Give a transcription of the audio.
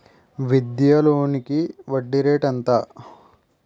విద్యా లోనికి వడ్డీ రేటు ఎంత?